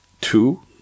two